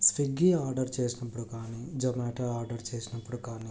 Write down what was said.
Swiggy order చేసినప్పుడు కానీ Zomato order చేసినప్పుడు కానీ